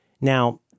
Now